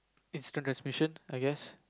instant transmission I guess